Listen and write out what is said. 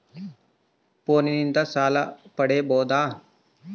ಫೋನಿನಿಂದ ಸಾಲ ಪಡೇಬೋದ?